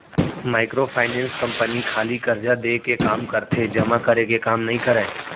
micro finance company खाली करजा देय के काम करथे जमा करे के काम नइ करय